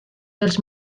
dels